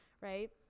right